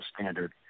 standard